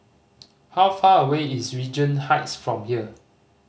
how far away is Regent Heights from here